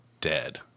dead